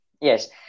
yes